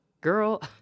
Girl